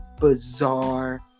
bizarre